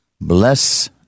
Bless